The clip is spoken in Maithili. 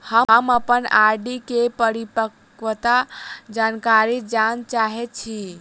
हम अप्पन आर.डी केँ परिपक्वता जानकारी जानऽ चाहै छी